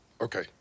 Okay